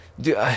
Dude